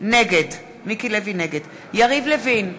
נגד יריב לוין,